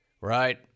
Right